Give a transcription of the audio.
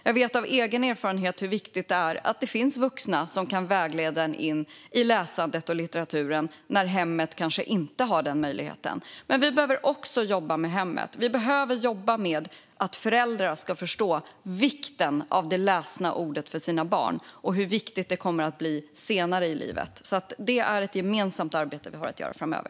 Jag vet av egen erfarenhet hur viktigt det är att det finns vuxna som kan vägleda en in i läsandet och litteraturen när hemmet kanske inte har den möjligheten. Vi behöver dock också jobba med hemmet och för att få föräldrar att förstå hur viktigt det lästa ordet är för barnen och hur viktigt det kommer att vara senare i deras liv. Detta är ett gemensamt arbete vi har att göra framöver.